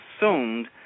assumed